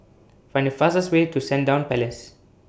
Find The fastest Way to Sandown Place